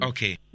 Okay